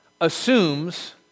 assumes